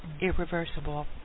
irreversible